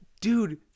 dude